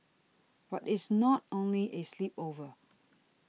but it's not only a sleepover